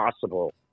possible